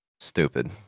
Stupid